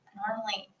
normally